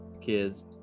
kids